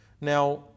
Now